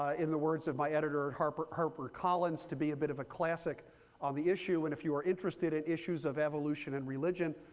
ah in the words of my editor at harper harper collins, to be a bit of a classic on the issue. and if you are interested in issues of evolution and religion,